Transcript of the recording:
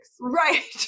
Right